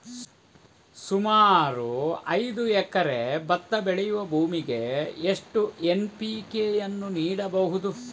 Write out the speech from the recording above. ಸುಮಾರು ಐದು ಎಕರೆ ಭತ್ತ ಬೆಳೆಯುವ ಭೂಮಿಗೆ ಎಷ್ಟು ಎನ್.ಪಿ.ಕೆ ಯನ್ನು ನೀಡಬಹುದು?